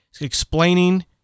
explaining